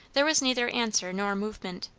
there was neither answer nor movement.